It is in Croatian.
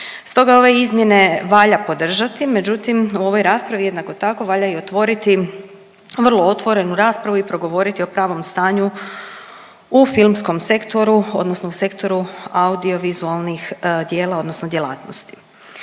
Stoga ove izmjene valja podržati, međutim u ovoj raspravi jednako tako valja i otvoriti vrlo otvorenu raspravu i progovoriti o pravom stanju u filmskom sektoru odnosno u sektoru audiovizualnih djela odnosno djelatnosti.